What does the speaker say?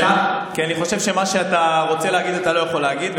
כי אני חושב שמה שאתה רוצה להגיד אתה לא יכול להגיד,